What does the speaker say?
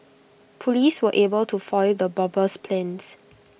Police were able to foil the bomber's plans